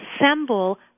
assemble